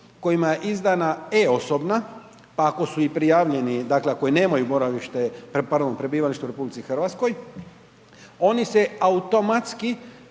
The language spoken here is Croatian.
kojima je izdana e-osobna ako su i prijavljeni, dakle, koji nemaju boravište, pardon prebivalište u RH, oni se automatski